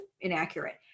inaccurate